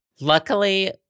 Luckily